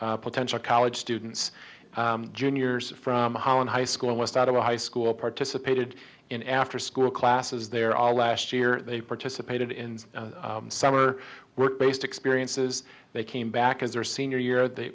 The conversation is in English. potential college students juniors from holland high school west out of high school participated in after school classes there all last year they participated in summer work based experiences they came back as their senior year they